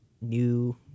new